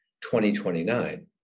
2029